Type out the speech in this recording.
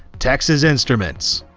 texas instruments.